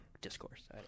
discourse